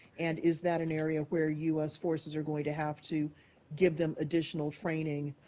and is that an area where u s. forces are going to have to give them additional training,